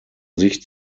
sich